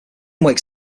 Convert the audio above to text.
wakes